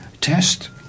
test